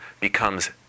becomes